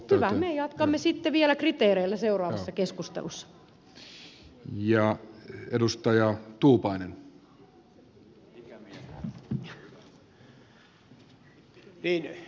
hyvä me jatkamme sitten vielä kriteereillä seuraavassa keskustelussa